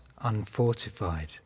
unfortified